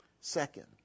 second